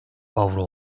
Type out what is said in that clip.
avro